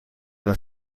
een